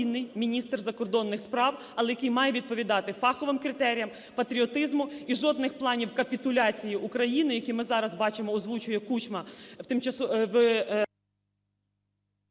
повноцінний міністр закордонних справ, але який має відповідати фаховим критеріям, патріотизму. І жодних планів капітуляції України, які ми зараз бачимо, озвучує Кучма